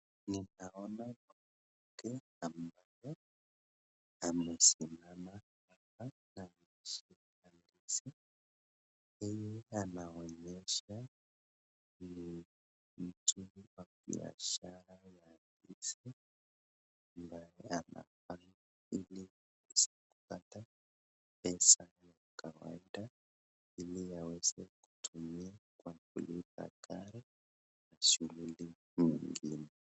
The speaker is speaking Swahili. Ninaona mtu ambaye amesimama hapa na ameshika ndizi. Huyu anaonyesha ni mfanyibiashara ya ndizi na anafanya biashara ili apate pesa ya kawaida ili aweze kutumia kwa kulipa gari na shughuli ingine.